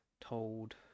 told